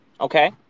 okay